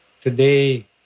today